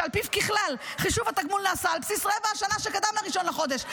שעל פיו ככלל חישוב התגמול נעשה על בסיס רבע השנה שקדם ל-1 בחודש.